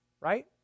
Right